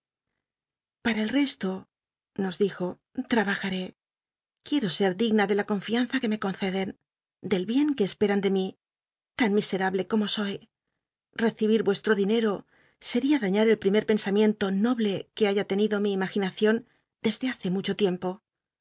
para el rcslo nos dijo trabajaré quier digna de la confianza que me conceden del bien que esperan de mi tan miscr able como soy recibi r vucslro dinero sel'ia tlañar el primer pensamiento noble que haya tenido mi imaginacion desde hace mucho tiempo